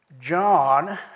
John